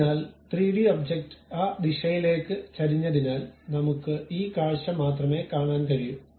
അതിനാൽ 3D object ആ ദിശയിലേക്ക് ചരിഞ്ഞതിനാൽ നമുക്ക് ഈ കാഴ്ച മാത്രമേ കാണാൻ കഴിയൂ